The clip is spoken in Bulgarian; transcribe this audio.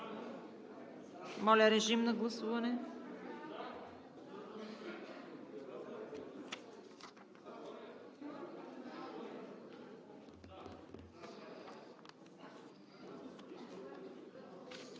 Моля, режим на гласуване.